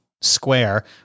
Square